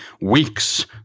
weeks